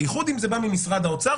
בייחוד אם זה בא ממשרד האוצר,